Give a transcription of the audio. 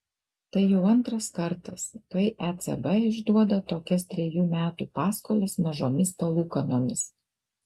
tai jau antras kartas kai ecb išduoda tokias trejų metų paskolas mažomis palūkanomis